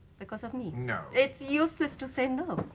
because of me no it's useless to say no